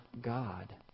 God